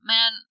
Man